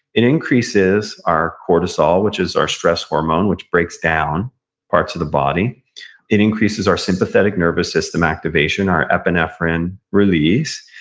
it increases our cortisol, which is our stress hormone, which breaks down parts of the body it increases our sympathetic nervous system activation, our epinephrine release.